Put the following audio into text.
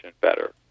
better